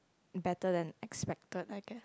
better than expected I guess